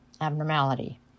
abnormality